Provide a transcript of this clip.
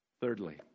Thirdly